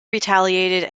retaliated